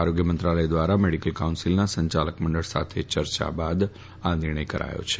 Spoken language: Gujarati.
આરોગ્ય મંત્રાલય દ્વારા મેડિકલ કાઉન્સીલના સંચાલક મંડળ સાથે ચર્ચા બાદ આ નિર્ણય કરાયો છે